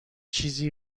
چیزی